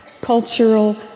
cultural